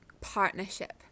partnership